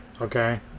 okay